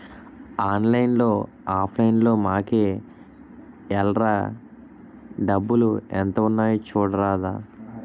ఆన్లైన్లో offline మాకేఏల్రా డబ్బులు ఎంత ఉన్నాయి చూడరాదా